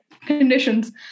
conditions